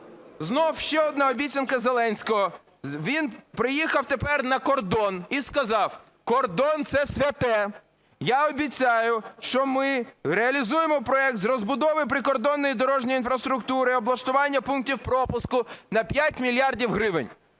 Знову ще одна обіцянка Зеленського. Він приїхав тепер на кордон і сказав: "Кордон – це святе. Я обіцяю, що ми реалізуємо проект з розбудови прикордонної дорожньої інфраструктури, облаштування пунктів пропуску на 5 мільярдів гривень".